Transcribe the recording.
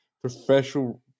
professional